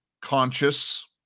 conscious